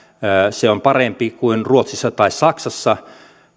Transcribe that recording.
se on parempi kuin ruotsissa tai saksassa